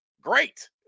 great